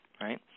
right